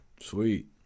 Sweet